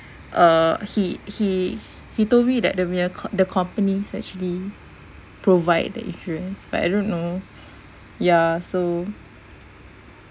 uh he he he told me that dia punya the co~ the company actually provide the insurance but I don't know ya so